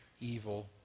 evil